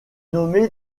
nommé